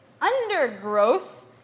undergrowth